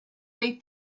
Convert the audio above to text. they